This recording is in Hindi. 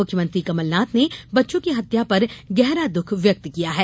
मुख्यमंत्री कमल नाथ ने बच्चों की हत्या पर गहरा दुख व्यक्त किया है